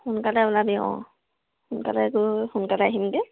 সোনকালে ওলাবি অঁ সোনকালে গৈ সোনকালে আহিমগৈ